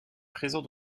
présent